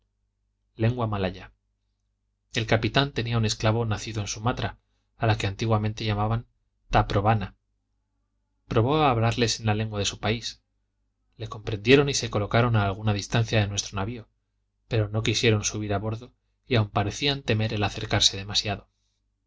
lengua malaya el capitán tenía un esclavo nacido en sumatra a la que antiguamente llamaban ta proa probó a hablarles en la lengua de su país le comprendieron y se colocaron a alguna distancia de nuestro navio pero no quisieron subir a bordo y aun parecían temer el acercarse demasiado